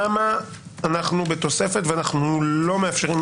שמה אנחנו בתוספת ואנחנו לא מאפשרים,